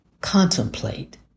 contemplate